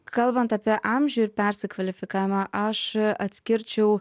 kalbant apie amžių ir persikvalifikavimą aš atskirčiau